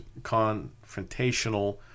confrontational